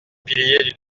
piliers